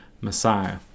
Messiah